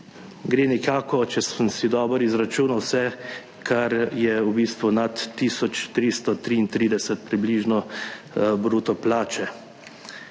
Gre nekako, če sem si dobro izračunal vse, kar je v bistvu nad tisoč 333 približno bruto plače.